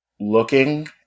looking